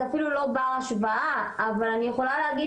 זה אפילו לא בר השוואה אבל אני יכולה להגיד